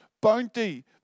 bounty